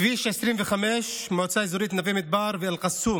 בכביש 25, מועצה אזורית נווה מדבר ואל-קסום,